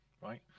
Right